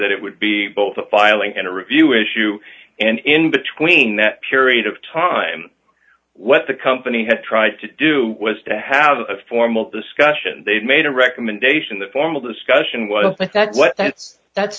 that it would be both a filing and a review issue and in between that period of time what the company had tried to do was to have a formal discussion they've made a recommendation the formal discussion was i said what that